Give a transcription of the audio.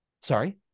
Sorry